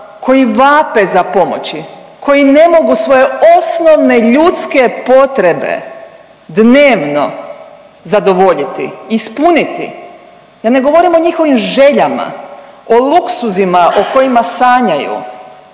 koji vape za pomoći, koji ne mogu svoje osnovne ljudske potrebe dnevno zadovoljiti, ispuniti. Ja ne govorim o njihovim željama, o luksuzima o kojima sanjaju,